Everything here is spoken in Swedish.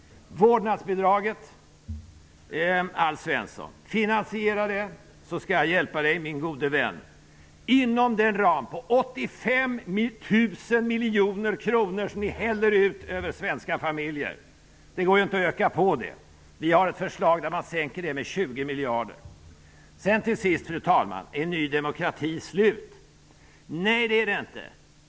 Vårdnasbidraget, Alf Svensson! Finansiera det, så skall jag hjälpa dig, min gode vän. Finansiera vårdnadsbidraget inom den ram på 85 000 miljoner kronor som ni häller ut över svenska familjer -- det går ju inte att öka på det beloppet. Vi har ett förslag som innebär att man sänker det med 20 miljarder. Till sist, fru talman. Är Ny demokrati slut? Nej, det är det inte!